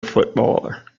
footballer